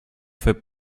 fait